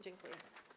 Dziękuję.